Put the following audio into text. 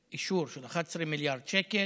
אישור של 11 מיליארד שקל,